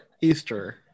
Easter